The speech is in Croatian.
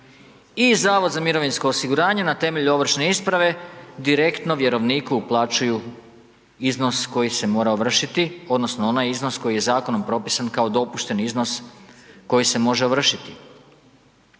na način da poslodavac i HZMO na temelju ovršne isprave direktno vjerovniku uplaćuju iznos koji se mora ovršiti odnosno onaj iznos koji je zakonom propisan kao dopušteni iznos koji se može ovršiti.